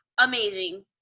Amazing